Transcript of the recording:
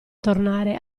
tornare